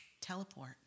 teleport